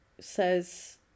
says